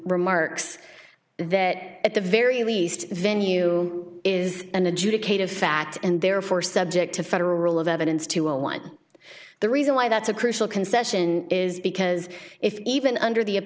remarks that at the very least venue is an adjudicated fact and therefore subject to federal rule of evidence to a one the reason why that's a crucial concession is because if even under the